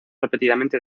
repetidamente